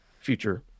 future